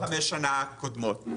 75 השנים הקודמות.